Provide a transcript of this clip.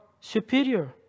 superior